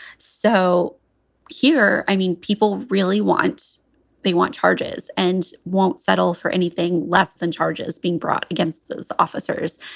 so here i mean, people really want they want charges and won't settle for anything less than charges being brought against those officers.